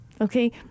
okay